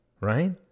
right